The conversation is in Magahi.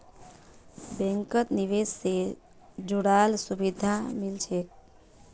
बैंकत निवेश से जुराल सुभिधा मिल छेक